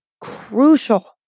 crucial